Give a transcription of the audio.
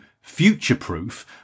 future-proof